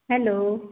hello